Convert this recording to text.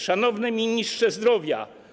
Szanowny Ministrze Zdrowia!